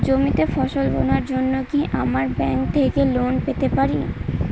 জমিতে ফসল বোনার জন্য কি আমরা ব্যঙ্ক থেকে লোন পেতে পারি?